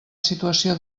situació